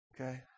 Okay